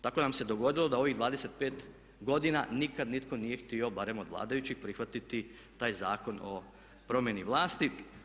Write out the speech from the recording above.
Tako nam se dogodilo da ovih 25 godina nikad nitko nije htio barem od vladajućih prihvatiti taj Zakon o promjeni vlasti.